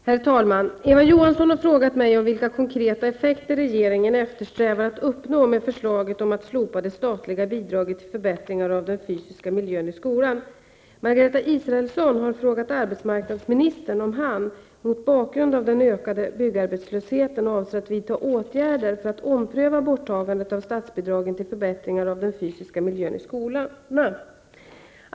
Herr talman! Eva Johansson har frågat mig om vilka konkreta effekter regeringen eftersträvar att uppnå med förslaget om att slopa det statliga bidraget till förbättringar av den fysiska miljön i skolan. Margareta Israelsson har frågat arbetsmarknadsministern om han, mot bakgrund av den ökande byggarbetslösheten, avser att vidta åtgärder för att ompröva borttagandet av statsbidragen till förbättringar av den fysiska miljön i skolorna.